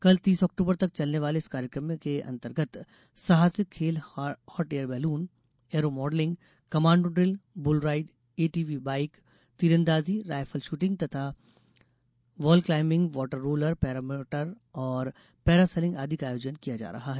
कल तीस अक्टूबर तक चलने वाले इस कार्यक्रम के अंतर्गत साहसिक खेल hot air balloon aero modelling commando drill bull ride ATV bike bungee run तीरंदाजी rifle shooting wall climbing water roller paramotor और पैरा सेलिंग आदि का आयोजन किया जा रहा है